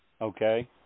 Okay